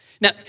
Now